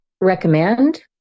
recommend